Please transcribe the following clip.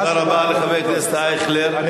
תודה רבה לחבר הכנסת אייכלר.